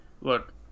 Look